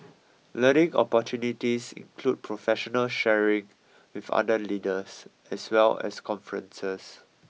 learning opportunities include professional sharing with other leaders as well as conferences